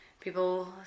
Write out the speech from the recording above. People